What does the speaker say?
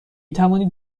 توانید